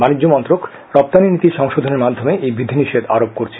বাণিজ্য মন্ত্রক রপ্তানী নীতির সংশোধনের মাধ্যমে এই বিধিনিষেধ আরোপ করেছে